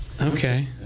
Okay